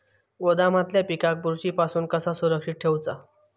गोदामातल्या पिकाक बुरशी पासून कसा सुरक्षित ठेऊचा?